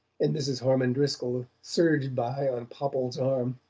and mrs. harmon driscoll surged by on popple's arm.